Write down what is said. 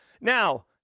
Now